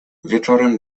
wieczorem